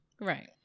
right